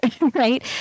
Right